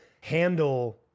handle